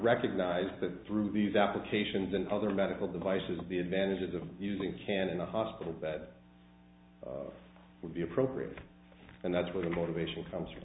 recognise the through these applications and other medical devices the advantages of using can in a hospital bed would be appropriate and that's where the motivation comes from